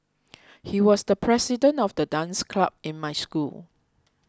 he was the president of the dance club in my school